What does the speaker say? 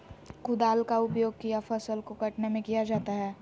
कुदाल का उपयोग किया फसल को कटने में किया जाता हैं?